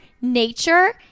nature